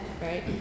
right